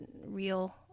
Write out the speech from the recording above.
real